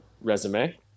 resume